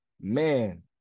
man